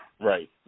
Right